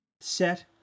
Set